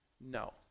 No